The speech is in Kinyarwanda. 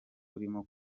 urimo